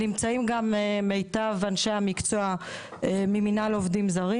נמצאים כאן בדיון גם מיטב אנשי המקצוע ממנהל עובדים זרים,